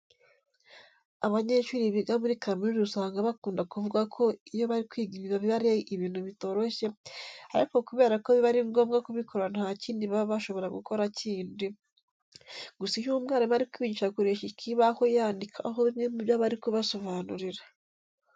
Abanyeshuri biga muri kaminuza usanga bakunda kuvuga ko iyo bari kwiga biba ari ibintu bitoroshye ariko kubera ko biba ari ngombwa kubikora nta kindi baba bashobora gukora kindi. Gusa iyo umwarimu ari kubigisha akoresha ikibaho yandikaho bimwe mu byo aba ari kubasobanurira.